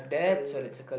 ya